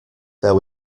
there